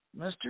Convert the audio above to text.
Mr